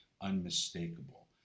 unmistakable